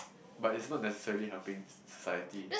but it's not necessarily helping society